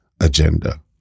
agenda